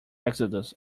exodus